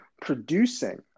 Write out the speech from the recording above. producing